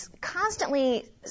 constantly